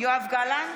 יואב גלנט,